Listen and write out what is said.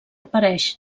apareix